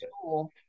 school